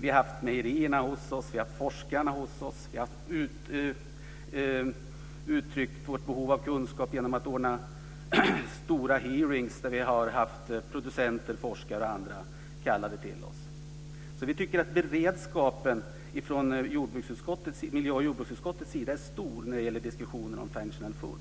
Vi har haft mejerierna hos oss, vi har haft forskarna hos oss. Vi har uttryckt vårt behov av kunskap genom att ordna stora utfrågningar dit vi kallat producenter, forskare och andra. Vi tycker att beredskapen från miljö och jordbruksutskottets sida är stor när det gäller diskussionen om functional food.